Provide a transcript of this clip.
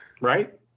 Right